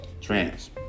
trans